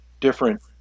different